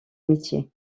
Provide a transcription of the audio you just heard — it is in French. métier